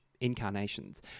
incarnations